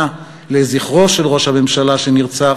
בעצרת לזכרו של ראש הממשלה שנרצח,